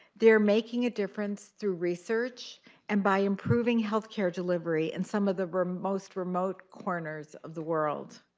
they're making a difference through research and by improving health care delivery in some of the most remote corners of the world.